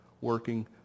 working